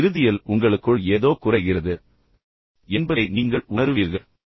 ஆனால் இறுதியில் உங்களுக்குள் ஏதோ குறைகிறது என்பதை நீங்கள் உணருவீர்கள்